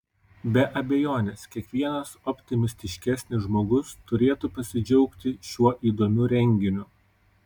be abejonės kiekvienas optimistiškesnis žmogus turėtų pasidžiaugti šiuo įdomiu renginiu